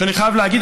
שאני חייב להגיד,